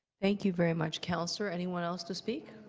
thank you very much, councillor. anyone else to speak?